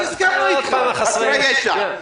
ממשלה חסרת ישע.